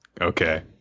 Okay